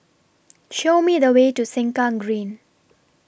Show Me The Way to Sengkang Green